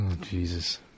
Jesus